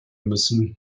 müssen